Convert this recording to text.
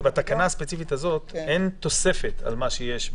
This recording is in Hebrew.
הספציפית הזאת לכאורה אין תוספת על מה שיש.